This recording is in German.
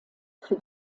für